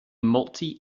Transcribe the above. multi